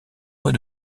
fois